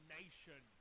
nation